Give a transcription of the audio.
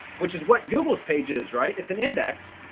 which is what google's pages, right, it's an index.